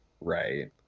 Right